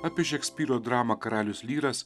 apie šekspyro dramą karalius lyras